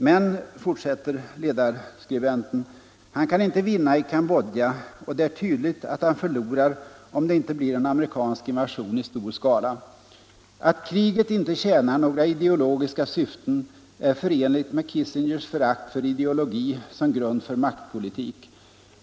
”Men han kan inte vinna i Cambodja och det är tydligt att han förlorar om det inte blir en amerikansk invasion i stor skala. Att kriget inte tjänar några ideologiska syften är förenligt med Kissingers förakt för ideologi som grund för maktpolitik ——--.